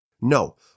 No